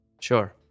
Sure